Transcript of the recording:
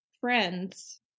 friends